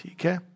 Okay